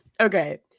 Okay